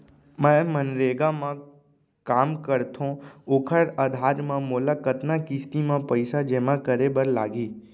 मैं मनरेगा म काम करथो, ओखर आधार म मोला कतना किस्ती म पइसा जेमा करे बर लागही?